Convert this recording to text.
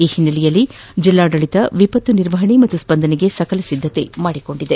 ಈ ಹಿನ್ನೆಲೆಯಲ್ಲಿ ಜಿಲ್ಲಾಡಳಿತ ವಿಪತ್ತು ನಿರ್ವಹಣೆ ಮತ್ತು ಸ್ಸಂದನೆಗೆ ಸಕಲ ಸಿದ್ದತೆ ಮಾಡಿಕೊಂಡಿದೆ